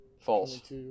false